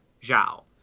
Zhao